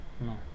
No